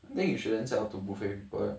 then you shouldn't sell to buffet people